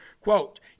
Quote